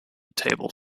table